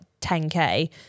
10k